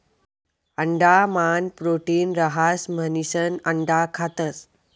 अंडा मान प्रोटीन रहास म्हणिसन अंडा खातस